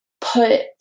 put